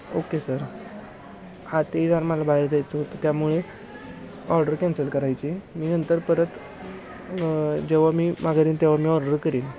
okay sir हा ते जर मला बाहेर जायचं होतं त्यामुळे ऑर्डर कॅन्सल करायची मी नंतर परत जेव्हा मी माघारी येईल तेव्हा मी ऑर्डर करीन